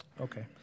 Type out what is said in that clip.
Okay